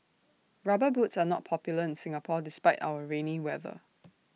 rubber boots are not popular in Singapore despite our rainy weather